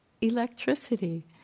electricity